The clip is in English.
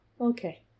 okay